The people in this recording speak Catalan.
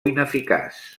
ineficaç